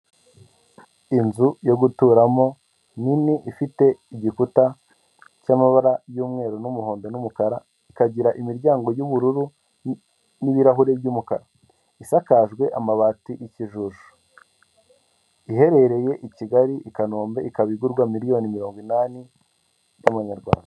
Inzu yo guturamo nini ifite igikuta cy'amabara y'umweru n'umuhondo n'umukara, ikagira imiryango y'ubururu n'ibirahuri by'umukara, isakajwe amabati y'ikijuju, iherereye i Kigali, i Kanombe, ikaba igurwa miliyoni mirongo inani y'amanyarwanda.